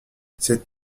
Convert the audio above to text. cet